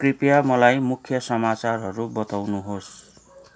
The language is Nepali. कृपया मलाई मुख्य समाचारहरू बताउनुहोस्